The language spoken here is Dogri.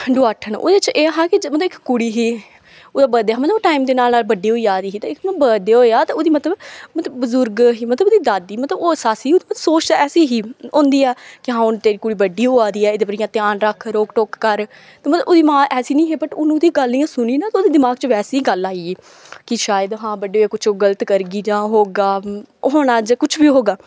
डुआठन ओह्दे च एह् हा कि मतलब इक कुड़ी ही ओह्दा बर्डे हा ओह् मतलब टाइम दे नाल नाल बड्डी होई जादी ही ते इक दिन दा ओह्दा बर्डे होएआ ते ओह्दी मतलब मतलब बजुर्ग ही मतलब ओह्दी दादी मतलब ओह्दी सोच ऐसी ही कि हून तेरी कुड़ी बड्डी होआ दी ऐ एह्दे उप्पर इ'यां ध्यान रक्ख रोक टोक कर ते मतलब ओह्दी मां ऐसी नेईं ही बट हून ओह्दी गल्ल इ'यां सुनी ना ते ओह्दे दमाग च बैसे ही गल्ल आई गेई कि शायद हां बड्डे होइयै कुछ गलत करगी जां ओह् होगा होना जां कुछ बी होगा